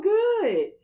good